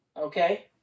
Okay